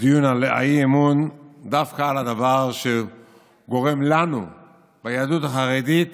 הדיון על האי-אמון על הדבר שגורם לנו ביהדות החרדית